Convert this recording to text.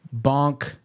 Bonk